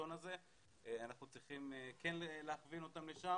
אנחנו צריכים להכווין את העולים לשם